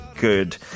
good